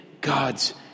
God's